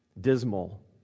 dismal